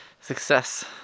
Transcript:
Success